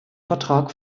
vertrag